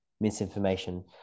misinformation